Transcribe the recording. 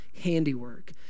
handiwork